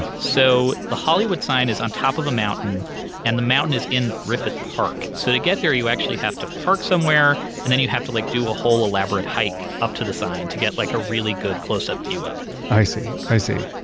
so the hollywood sign is on top of a mountain and the mountain is in griffith park. so to get there you actually have to park somewhere and then you have to like do a whole elaborate hike up to the sign to get like a really good close up view of it i see, i see.